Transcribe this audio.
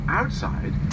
outside